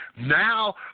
Now